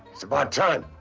it's about time.